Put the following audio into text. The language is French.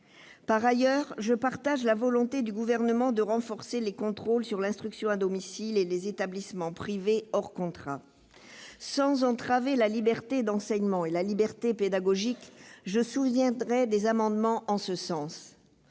Par ailleurs, je partage la volonté du Gouvernement de renforcer les contrôles sur l'instruction à domicile et les établissements privés hors contrat. Sans qu'il s'agisse pour nous d'entraver la liberté d'enseignement et la liberté pédagogique, je soutiendrai des amendements en ce sens.